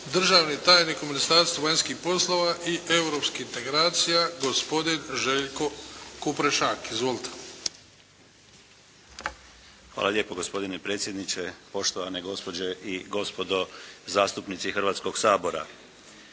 Državni tajnik u Ministarstvu vanjskih poslova i europskih integracija gospodin Željko Kuprešak. Izvolite. **Kuprešak, Željko** Hvala lijepo gospodine predsjedniče, poštovane gospođe i gospodo zastupnici Hrvatskog sabora.